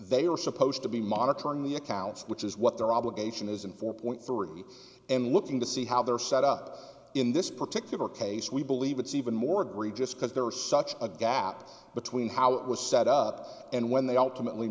they are supposed to be monitoring the accounts which is what their obligation is in four point three and looking to see how they are set up in this particular case we believe it's even more greed just because there was such a gap between how it was set up and when they all com